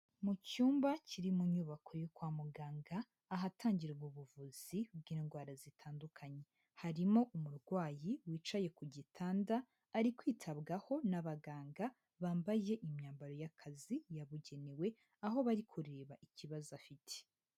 Mu cyumba kiri mu nyubako yo kwa muganga ahatangira ubu buvuzi bw'indwara zitandukanye. Harimo umurwayi wicaye ku gitanda ari kwitabwaho n'abaganga bambaye imyambaro y'akazi yabugenewe, aho bari kureba ikibazo afite.